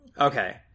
Okay